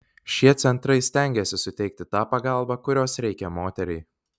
šie centrai stengiasi suteikti tą pagalbą kurios reikia moteriai